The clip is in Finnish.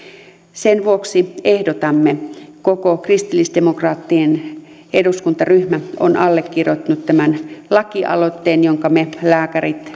sen vuoksi ehdotamme koko kristillisdemokraattien eduskuntaryhmä on allekirjoittanut tämän lakialoitteen jonka me lääkärit